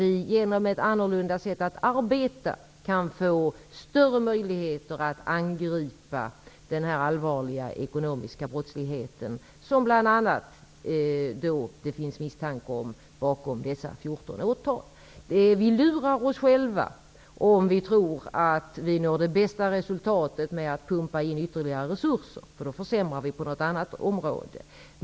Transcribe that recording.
Med hjälp av ett annorlunda sätt att arbeta kan det bli större möjligheter att angripa den allvarliga ekonomiska brottsligheten. Bakom dessa 14 åtal finns det bl.a. en misstanke om ekonomisk brottslighet. Vi lurar oss själva om vi tror att vi når det bästa resultatet genom att pumpa in ytterligare resurser. Då försämras i stället möjligheterna på ett annat område.